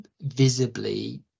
visibly